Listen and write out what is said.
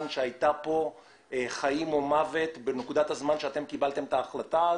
של חיים או מוות שבה אתם קיבלתם את החלטה.